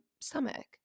stomach